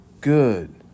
good